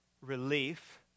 relief